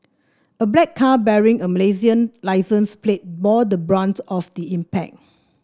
a black car bearing a Malaysian licence plate bore the brunt of the impact